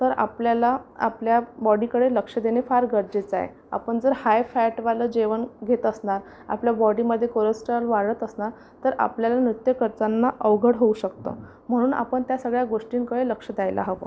तर आपल्याला आपल्या बॉडीकडे लक्ष देणे फार गरजेचं आहे आपण जर हाय फॅटवालं जेवण घेत असणार आपल्या बॉडीमध्ये कोलंस्ट्राल वाढत असणार तर आपल्याला नृत्य करताना अवघड होऊ शकतं म्हणून आपण त्या सगळ्या गोष्टींकडे लक्ष द्यायला हवं